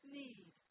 need